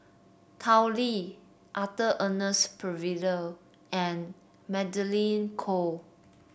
Tao Li Arthur Ernest Percival and Magdalene Khoo